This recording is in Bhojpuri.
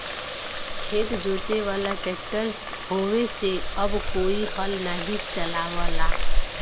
खेत जोते वाला ट्रैक्टर होये से अब कोई हल नाही चलावला